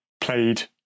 played